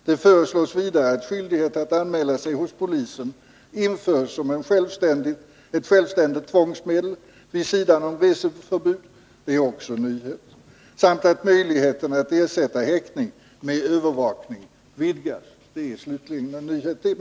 Det föreslås vidare att skyldighet att anmäla sig hos polisen införs som ett självständigt tvångsmedel vid sidan om reseförbud samt att möjligheten att ersätta häktning med övervakning vidgas.” Allt detta är nyheter.